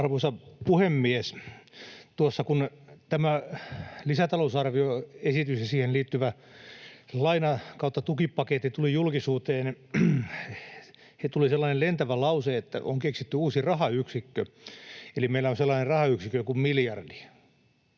Arvoisa puhemies! Tuossa kun tämä lisätalousarvioesitys ja siihen liittyvä laina-/tukipaketti tulivat julkisuuteen, tuli sellainen lentävä lause, että on keksitty uusi rahayksikkö. Eli meillä on sellainen rahayksikkö kuin miljardi.